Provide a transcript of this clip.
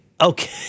okay